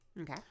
Okay